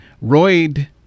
Royd